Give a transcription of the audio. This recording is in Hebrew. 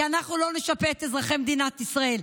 כי אנחנו לא נשפה את אזרחי מדינת ישראל.